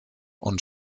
und